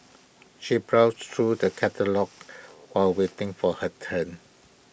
she browsed through the catalogues while waiting for her turn